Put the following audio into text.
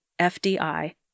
FDI